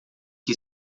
que